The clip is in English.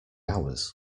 ours